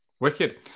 Wicked